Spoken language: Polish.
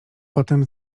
potem